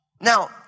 Now